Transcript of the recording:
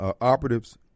operatives